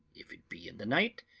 if it be in the night,